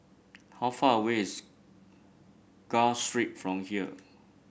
how far away is Gul Street from here